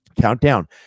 countdown